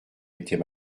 était